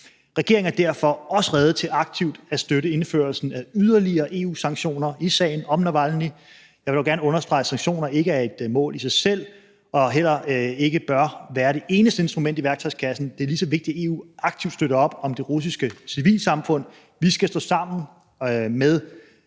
Regeringen er derfor også rede til aktivt at støtte indførelsen af yderligere EU-sanktioner i sagen om Navalnyj. Jeg vil dog gerne understrege, at sanktioner ikke er et mål i sig selv og ej heller bør være det eneste instrument i værktøjskassen. Det er lige så vigtigt, at EU aktivt støtter op om det russiske civilsamfund. Vi skal stå sammen med